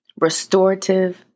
restorative